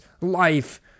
life